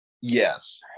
Yes